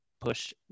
push